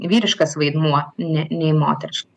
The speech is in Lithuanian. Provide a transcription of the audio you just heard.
vyriškas vaidmuo ne nei moteriškas